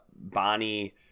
bonnie